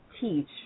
teach